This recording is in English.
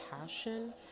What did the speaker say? passion